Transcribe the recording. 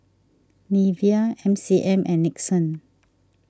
Nivea M C M and Nixon